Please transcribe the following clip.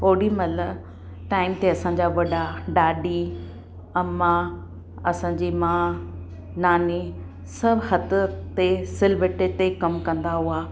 ओॾीमहिल टाइम ते असांजा वॾा ॾाॾी अम्मा असांजी माउ नानी सभु हथ ते सिलबटे ते कमु कंदा हुआ